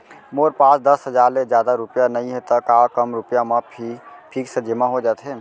मोर पास दस हजार ले जादा रुपिया नइहे त का कम रुपिया म भी फिक्स जेमा हो जाथे?